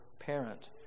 parent